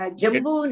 jambu